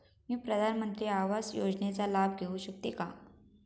मी प्रधानमंत्री आवास योजनेचा लाभ घेऊ शकते का?